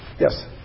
Yes